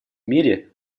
мире